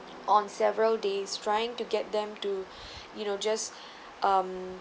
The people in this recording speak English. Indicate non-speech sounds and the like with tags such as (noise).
on several days trying to get them to (breath) you know just (breath) um